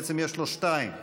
בעצם, יש לו שתיים,